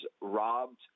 robbed